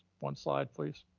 one slide, please.